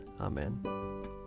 Amen